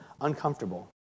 uncomfortable